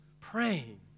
praying